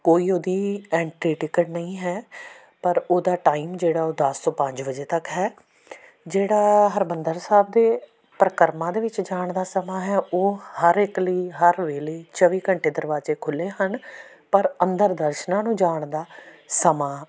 ਕੋਈ ਉਹਦੀ entry ticket ਨਹੀਂ ਹੈ ਪਰ ਉਹਦਾ ਟਾਈਮ ਜਿਹੜਾ ਉਹ ਦਸ ਤੋਂ ਪੰਜ ਵਜੇ ਤੱਕ ਹੈ ਜਿਹੜਾ ਹਰਿਮੰਦਰ ਸਾਹਿਬ ਦੇ ਪਰਿਕਰਮਾ ਦੇ ਵਿੱਚ ਜਾਣ ਦਾ ਸਮਾਂ ਹੈ ਉਹ ਹਰ ਇੱਕ ਲਈ ਹਰ ਵੇਲੇ ਚੋਵੀ ਘੰਟੇ ਦਰਵਾਜੇ ਖੁੱਲ੍ਹੇ ਹਨ ਪਰ ਅੰਦਰ ਦਰਸ਼ਨਾਂ ਨੂੰ ਜਾਣ ਦਾ ਸਮਾਂ